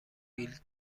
بیل